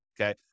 okay